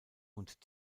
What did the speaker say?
und